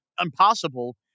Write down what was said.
impossible